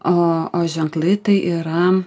o o ženklai tai yra